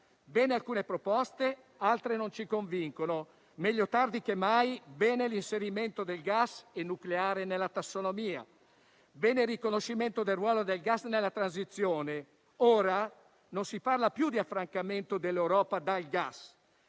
sono apprezzabili, altre non ci convincono, ma meglio tardi che mai. Va bene l'inserimento di gas e nucleare nella tassonomia. va bene il riconoscimento del ruolo del gas nella transizione. Ora si parla non più di affrancamento dell'Europa dal gas,